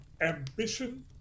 ambition